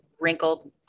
wrinkled